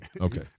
okay